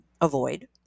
avoid